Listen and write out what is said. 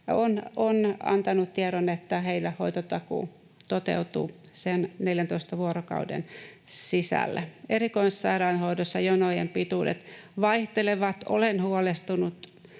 on antanut tiedon, että heillä hoitotakuu toteutuu sen 14 vuorokauden sisällä. Erikoissairaanhoidossa jonojen pituudet vaihtelevat. Olen huolestunut